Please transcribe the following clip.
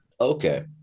okay